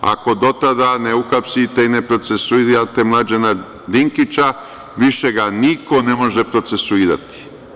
Ako do tada ne uhapsite i ne procesuirate Mlađana Dinkića, više ga niko ne može procesuirati.